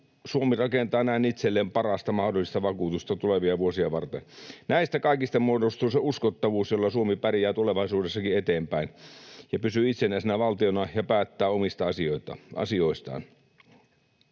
Suomi rakentaa näin itselleen parasta mahdollista vakuutusta tulevia vuosia varten. Näistä kaikista muodostuu se uskottavuus, jolla Suomi pärjää tulevaisuudessakin eteenpäin ja pysyy itsenäisenä valtiona ja päättää omista asioistaan.